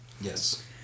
Yes